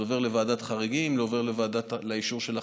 זה עובר לוועדת חריגים, זה עובר לאישור של החשב.